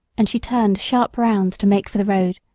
and she turned sharp round to make for the road,